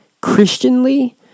Christianly